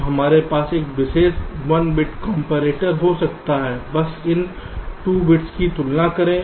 तब हमारे पास एक विशेष 1 बिट कॉम्परेटर हो सकता है बस इन 2 बिट्स की तुलना करें